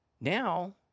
Now